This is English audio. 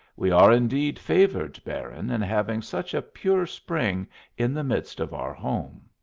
we are indeed favoured, baron, in having such a pure spring in the midst of our home.